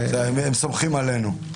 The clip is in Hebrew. הם סומכים עלינו.